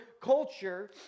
culture